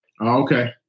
Okay